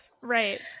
Right